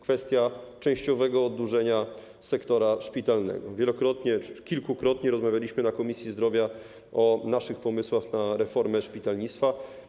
Kwestia częściowego oddłużenia sektora szpitalnego - wielokrotnie, kilkukrotnie rozmawialiśmy na posiedzeniu Komisji Zdrowia o naszych pomysłach na reformę szpitalnictwa.